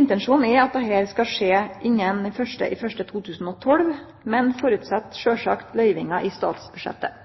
Intensjonen er at dette skal skje innan 1. januar 2012, men det føreset sjølvsagt løyvingar i statsbudsjettet.